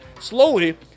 slowly